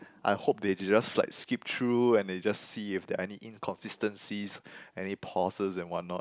I hope they they just like skip through and they just see if there are any inconsistencies any pauses and what not